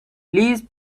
please